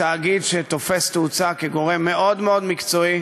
בתאגיד שתופס תאוצה כגורם מאוד מקצועי.